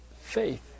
faith